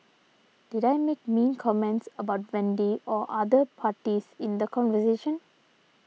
did I make mean comments about Wendy or other parties in the conversation